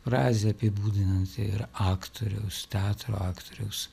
frazė apibūdinanti ir aktoriaus teatro aktoriaus